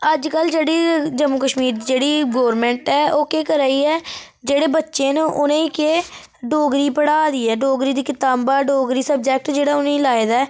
अजकल्ल जेह्ड़ी जम्मू कश्मीर दी जेह्ड़ी गोरमैंट ऐ ओ केह् करा दी ऐ जेह्ड़े बच्चे न उ'नें गी केह् डोगरी पढ़ाऽ दी ऐ डोगरी दी कताबां डोगरी सब्जैक्ट जेह्ड़ा उ'नें गी लाये दा ऐ